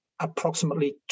approximately